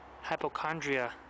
hypochondria